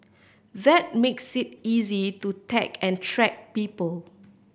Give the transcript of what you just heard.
that makes it easy to tag and track people